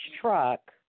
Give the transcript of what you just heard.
truck